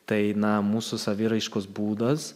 tai na mūsų saviraiškos būdas